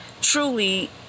truly